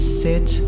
sit